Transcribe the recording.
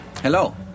Hello